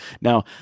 Now